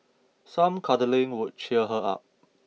some cuddling would cheer her up